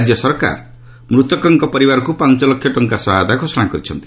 ରାଜ୍ୟ ସରକାର ମୃତକଙ୍କ ପରିବାରକ୍ର ପାଞ୍ଚ ଲକ୍ଷ ଟଙ୍କା ସହାୟତା ଘୋଷଣା କରିଛନ୍ତି